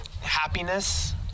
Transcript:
Happiness